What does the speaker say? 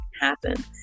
happen